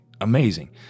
amazing